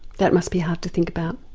that must be hard to think about.